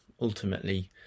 ultimately